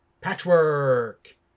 Patchwork